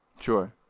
Sure